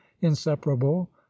inseparable